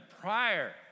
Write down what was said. prior